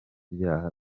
byaha